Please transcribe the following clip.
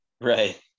Right